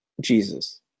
Jesus